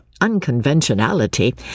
unconventionality